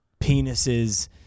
penises